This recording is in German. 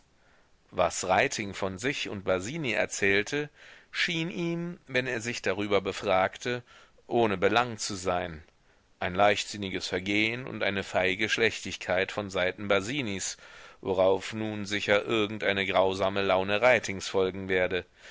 was reiting von sich und basini erzählte schien ihm wenn er sich darüber befragte ohne belang zu sein ein leichtsinniges vergehen und eine feige schlechtigkeit von seiten basinis worauf nun sicher irgendeine grausame laune reitings folgen werde